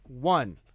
one